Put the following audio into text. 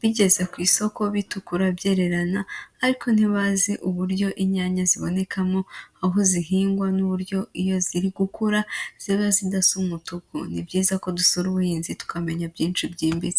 bigeze ku isoko bitukura byererana, ariko ntibazi uburyo inyanya zibonekamo, aho zihingwa n'uburyo iyo ziri gukura ziba zidasa umutuku. Ni byiza ko dusura ubuhinzi tukamenya byinshi byimbitse.